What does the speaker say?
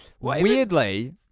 weirdly